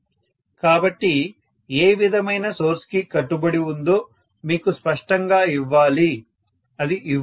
కాబట్టి ఏ విధమైన సోర్స్ కి కట్టుబడి ఉందో మీకు స్పష్టంగా ఇవ్వాలి అది ఇవ్వాలి